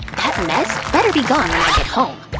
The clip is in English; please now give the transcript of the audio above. that mess better be gone when i get home!